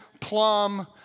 plum